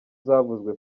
zavuzwe